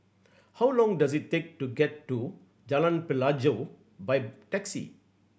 how long does it take to get to Jalan Pelajau by taxi